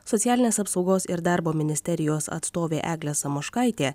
socialinės apsaugos ir darbo ministerijos atstovė eglė samoškaitė